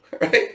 right